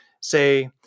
say